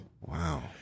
Wow